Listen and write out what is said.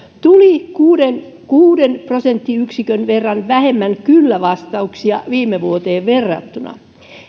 tuli kuuden kuuden prosenttiyksikön verran vähemmän kyllä vastauksia viime vuoteen verrattuna